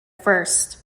first